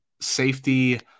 Safety